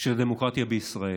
של הדמוקרטיה בישראל.